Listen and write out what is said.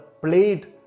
played